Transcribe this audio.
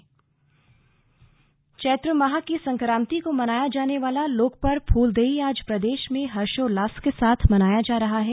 slug Phooldei चैत्र माह की संक्रांति को मनाया जाने वाला लोकपर्व फूलदेई आज प्रदेश में हर्षोल्लास के साथ मनाया जा रहा है